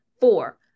Four